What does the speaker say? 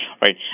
Right